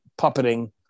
puppeting